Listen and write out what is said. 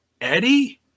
eddie